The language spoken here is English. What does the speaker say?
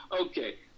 Okay